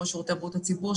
ראש שירותי בריאות הציבור,